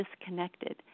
disconnected